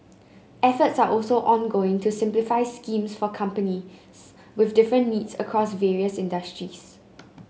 efforts are also ongoing to simplify schemes for companies with different needs across various industries